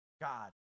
God